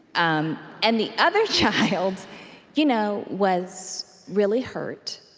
um and the other child you know was really hurt,